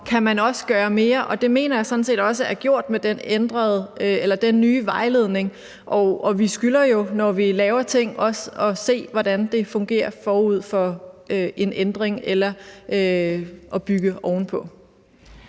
kan man også gøre mere, og det mener jeg sådan set også er gjort med den nye vejledning. Vi skylder jo, når vi laver ting, også at se, hvordan det fungerer, forud for en ændring, eller når der bygges ovenpå.